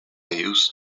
used